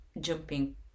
jumping